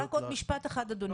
רק עוד משפט אחד, אדוני.